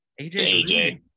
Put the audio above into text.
AJ